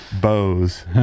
bows